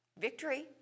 Victory